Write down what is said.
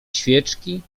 świeczki